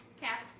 Cat